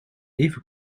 even